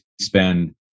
spend